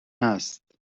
هست